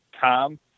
Tom